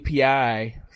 API